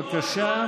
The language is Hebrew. בבקשה,